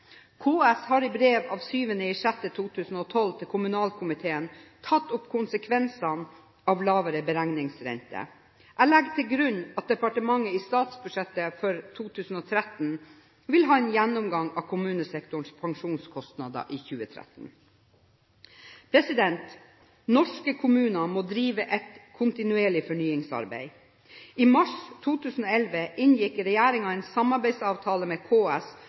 KS har i brev av 7. juni 2012 til kommunalkomiteen tatt opp konsekvensene av lavere beregningsrente. Jeg legger til grunn at departementet i statsbudsjettet for 2013 vil ha en gjennomgang av kommunesektorens pensjonskostnader i 2013. Norske kommuner må drive et kontinuerlig fornyingsarbeid. I mars 2011 inngikk regjeringen en samarbeidsavtale med KS